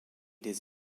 des